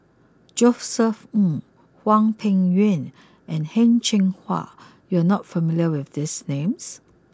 Josef Ng Hwang Peng Yuan and Heng Cheng Hwa you are not familiar with these names